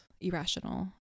irrational